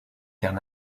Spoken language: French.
terre